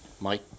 Mike